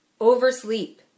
Oversleep